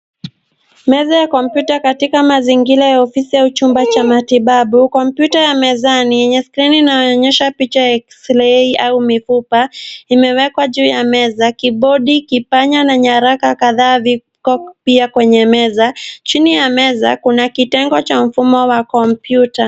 Meza ya kompyuta katika mazingira ya ofisi au chumba cha matibabu. Kompyuta ya mezani yenye skrini inayoonyesha picha ya eksirei au mifupa imewekwa juu ya meza. Kibodi, kipanya na nyaraka kadhaa viko pia kwenye meza. Chini ya meza, kuna kitengo cha mfumo wa kompyuta.